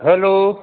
hello